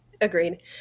Agreed